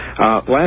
Last